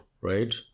right